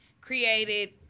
created